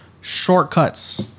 shortcuts